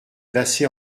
placé